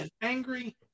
angry